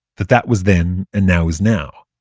that that was then, and now is now.